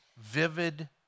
vivid